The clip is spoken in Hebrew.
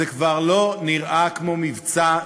זה כבר לא נראה כמו מבצע,